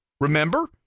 Remember